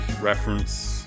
reference